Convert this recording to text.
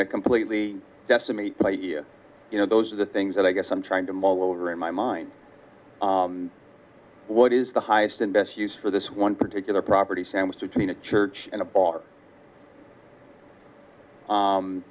to completely decimate the you know those are the things that i guess i'm trying to mull over in my mind what is the highest and best use for this one particular property sandwiched between a church and a bar